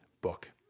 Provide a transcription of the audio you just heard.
book